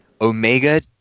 Omega